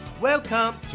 Welcome